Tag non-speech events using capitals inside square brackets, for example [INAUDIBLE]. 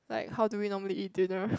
like how do we normally eat dinner [BREATH]